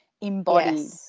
embodied